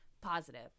positive